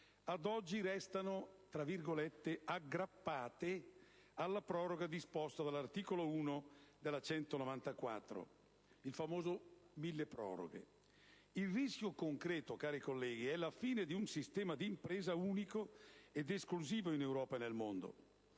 ad oggi restano "aggrappate" alla proroga disposta dall'articolo 1 del decreto-legge n. 194 del 2009, il famoso milleproroghe. Il rischio concreto, cari colleghi, è la fine di un sistema di impresa unico ed esclusivo in Europa e nel mondo.